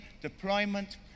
deployment